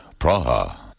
Praha